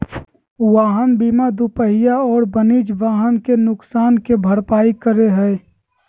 वाहन बीमा दूपहिया और वाणिज्यिक वाहन के नुकसान के भरपाई करै हइ